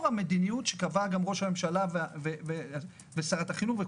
המדיניות שקבעו גם ראש הממשלה ושרת החינוך,